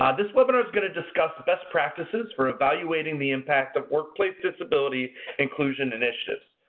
um this webinar is going to discuss best practices for evaluating the impact of workplace disability inclusion initiatives.